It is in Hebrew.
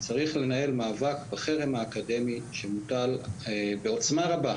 צריך לנהל מאבק בחרם האקדמי שמוטל בעוצמה רבה